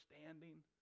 standing